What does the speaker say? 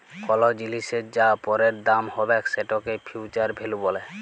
call জিলিসের যা পরের দাম হ্যবেক সেটকে ফিউচার ভ্যালু ব্যলে